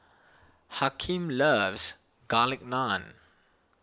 Hakeem loves Garlic Naan